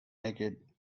naked